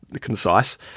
concise